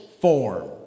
form